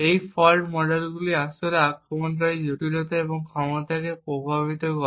এই ফল্ট মডেলগুলি আসলে আক্রমণকারীর জটিলতা এবং ক্ষমতাকে প্রভাবিত করে